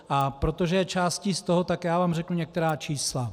A protože je částí z toho, tak já vám řeknu některá čísla.